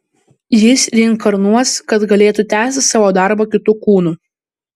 jis reinkarnuos kad galėtų tęsti savo darbą kitu kūnu